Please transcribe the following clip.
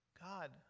God